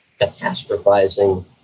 catastrophizing